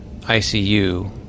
ICU